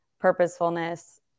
purposefulness